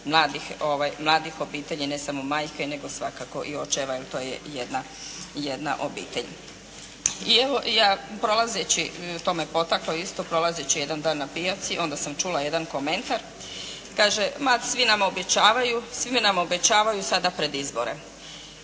mladih obitelji, ne samo majke nego svakako i očeva jer to je jedna obitelj. I evo ja prolazeći, to me potaklo isto, prolazeći jedan dan na pijaci, onda sam čula jedan komentar, kaže, ma svi nam obećavaju, svi nam obećavaju sada pred izbore.